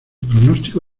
pronóstico